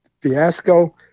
fiasco